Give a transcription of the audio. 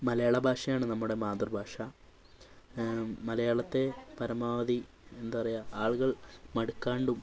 മലയാള ഭാഷയാണ് നമ്മുടെ മാതൃഭാഷ മലയാളത്തെ പരമാവധി എന്താ പറയുക ആളുകൾ മടുക്കാണ്ടും